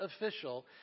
official